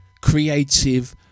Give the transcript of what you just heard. creative